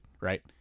right